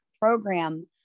program